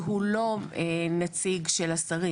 שהוא לא נציג של השרים,